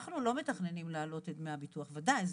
אנחנו לא מתכננים להעלות את דמי הביטוח וודאי שלא.